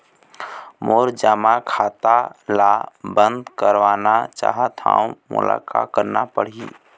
मोर जमा खाता ला बंद करवाना चाहत हव मोला का करना पड़ही?